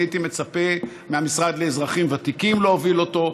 אני הייתי מצפה מהמשרד לאזרחים ותיקים להוביל אותו.